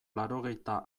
laurogeita